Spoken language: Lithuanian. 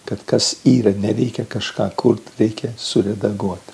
kad kas yra nereikia kažką kurt reikia suredaguot